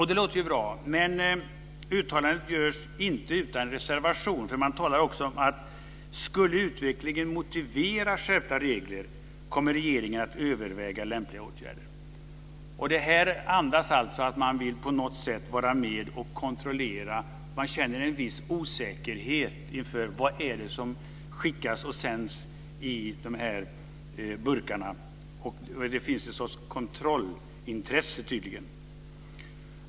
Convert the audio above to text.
Det låter ju bra, men uttalandet görs inte utan reservation. Man talar också om att regeringen, om utvecklingen skulle motivera skärpta regler, kommer att överväga lämpliga åtgärder. Det här andas alltså att man på något sätt vill vara med och kontrollera. Man känner en viss osäkerhet inför vad det är som skickas och sänds i dessa burkar. Det finns tydligen en sorts kontrollintresse.